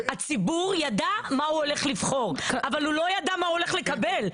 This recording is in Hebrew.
הציבור ידע מה הוא הולך לבחור אבל הוא לא ידע מה הוא הולך לקבל,